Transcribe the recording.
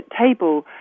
table